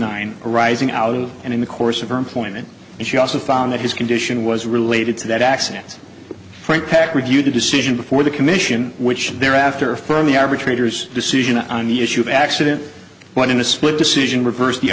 nine arising out of and in the course of her employment and she also found that his condition was related to that accident frank packer reviewed the decision before the commission which thereafter from the arbitrator's decision on the issue of accident one in a split decision reversed the